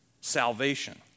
salvation